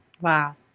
Wow